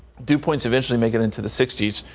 dew points eventually make it into the sixty s.